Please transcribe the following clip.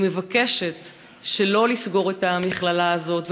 אני מבקשת שלא לסגור את המכללה הזאת,